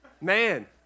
Man